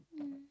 um